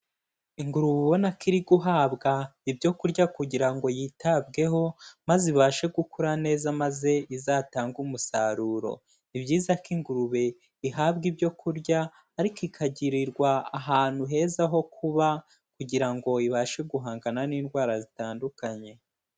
Ingurube ubona ko iri guhabwa ibyo kurya kugira ngo yitabweho, maze ibashe gukura neza maze izatange umusaruro, ni byiza ko ingurube ihabwa ibyo kurya ariko ikagirirwa ahantu heza ho kuba, kugira ngo ibashe guhangana n'indwara zitandukanye.